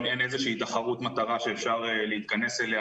אם אין איזו תחרות מטרה שאפשר להתכנס אליה,